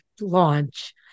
launch